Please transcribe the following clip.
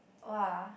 !wah!